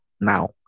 now